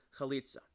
chalitza